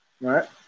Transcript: right